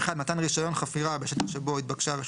זו הנקודה עליה אנחנו מדברים, זה הדין.